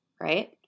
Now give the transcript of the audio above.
Right